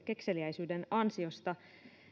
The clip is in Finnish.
kekseliäisyyden ansiosta